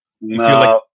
No